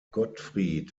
gottfried